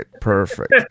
perfect